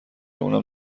اونم